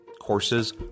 Courses